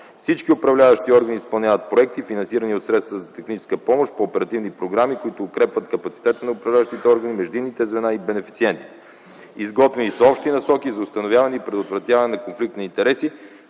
Всички управляващи органи изпълняват проекти, финансирани със средства за техническа помощ по оперативни програми, които укрепват капацитета на управляващите органи, междинните звена и бенефициентите. Изготвени са общи насоки за установяване и предотвратяване на конфликт на интереси,